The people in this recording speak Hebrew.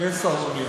יש שר במליאה?